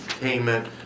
payment